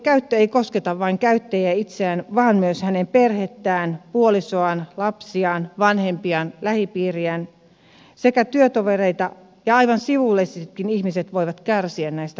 alkoholinkäyttö ei kosketa vain käyttäjää itseään vaan myös hänen perhettään puolisoaan lapsiaan vanhempiaan lähipiiriään sekä työtovereita ja aivan sivullisetkin ihmiset voivat kärsiä näistä haitoista